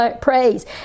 praise